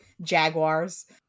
jaguars